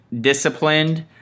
disciplined